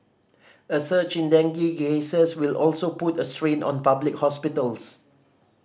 a surge in dengue cases will also put a strain on public hospitals